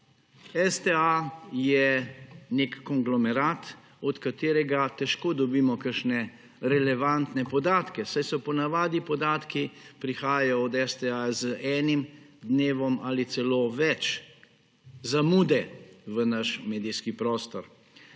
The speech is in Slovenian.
STA je nek konglomerat, od katerega težko dobimo kakšne relevantne podatke, saj po navadi podatki prihajajo od STA z enim dnevom ali celo več zamude v naš medijski prostor.